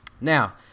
Now